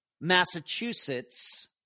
Massachusetts